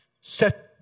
set